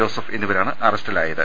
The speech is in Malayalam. ജോസഫ് എന്നിവരാണ് അറസ്റ്റിലായത്